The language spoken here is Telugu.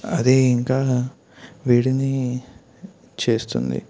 అది ఇంకా వేడిని చేస్తుంది